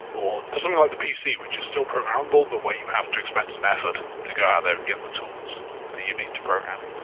or to something like the pc which is still programmable but where you have to expend some efforts to go out there and get the tools that you need to program,